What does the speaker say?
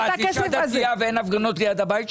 יש אפשרות להגיע לפתרון.